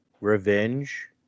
revenge